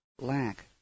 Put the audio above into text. lack